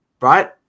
Right